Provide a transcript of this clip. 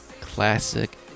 classic